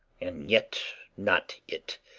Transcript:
and yet not it.